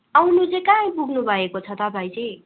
आउनु चाहिँ कहाँ आइपुग्नु भएको छ तपाईँ चाहिँ